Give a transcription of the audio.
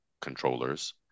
controllers